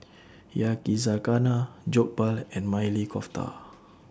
Yakizakana Jokbal and Maili Kofta